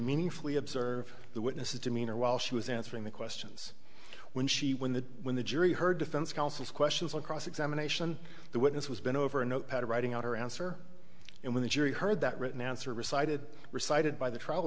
meaningfully observe the witness demeanor while she was answering the questions when she when the when the jury heard defense counsel's questions on cross examination the witness was bent over a notepad writing out her answer and when the jury heard that written answer recited recited by the tr